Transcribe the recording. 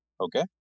okay